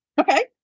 Okay